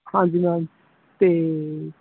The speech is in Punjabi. ਹਾਂਜੀ ਮੈਮ ਅਤੇ